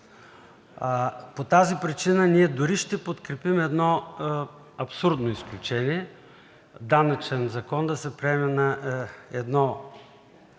По тази причина ние дори ще подкрепим едно абсурдно изключение – данъчен закон да се приеме на две